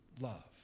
love